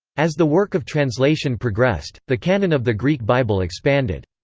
as the work of translation progressed, the canon of the greek bible expanded.